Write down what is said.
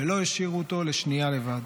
ולא השאירו אותו לשנייה לבד.